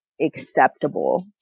acceptable